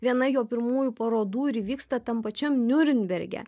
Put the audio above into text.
viena jo pirmųjų parodų ir įvyksta tam pačiam niurnberge